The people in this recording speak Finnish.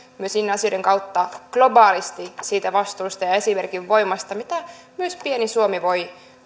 myös niiden asioiden kautta globaalisti siitä vastuusta ja esimerkin voimasta mitä myös pieni suomi voi